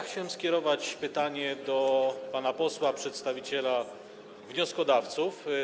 Chciałbym skierować pytanie do pana posła przedstawiciela wnioskodawców.